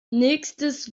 nächstes